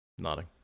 Nodding